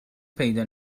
پیدا